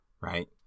right